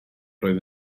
roedd